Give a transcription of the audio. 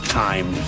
time